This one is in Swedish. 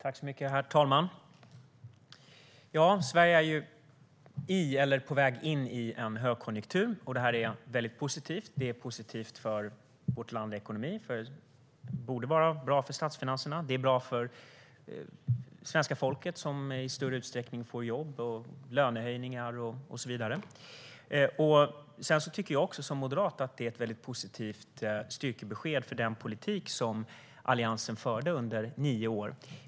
Herr talman! Ja, Sverige är i eller på väg in i en högkonjunktur, och det är väldigt positivt. Det är positivt för vårt lands ekonomi, och det borde vara bra för statsfinanserna. Det är bra för svenska folket, som i större utsträckning får jobb, lönehöjningar och så vidare. Jag som moderat tycker att det är ett positivt styrkebesked för den politik som Alliansen förde under nio år.